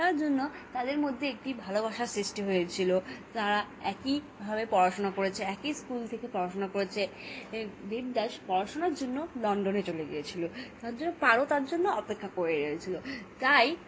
তার জন্য তাদের মধ্যে একটি ভালোবাসার সৃষ্টি হয়েছিলো তারা একইভাবে পড়াশোনা করেছে একই স্কুল থেকে পড়াশোনা করেছে দেবদাস পড়াশোনার জন্য লন্ডনে চলে গিয়েছিলো তার জন্য পাও তার জন্য অপেক্ষা করে গেছিলো তাই